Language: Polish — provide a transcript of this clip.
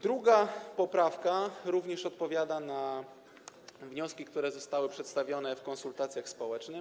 Druga poprawka również odpowiada na wnioski, które zostały przedstawione w konsultacjach społecznych.